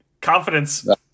Confidence